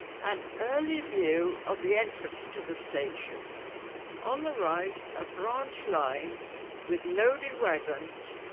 an early view of the entrance to the station on the right, a branch line with loaded wagons.